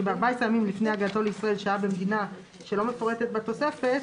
שב-14 ימים לפני הגעתו לישראל שהה במדינה שלא מפורטת בתוספת,